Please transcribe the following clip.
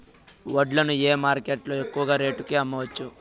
వడ్లు ని ఏ మార్కెట్ లో ఎక్కువగా రేటు కి అమ్మవచ్చు?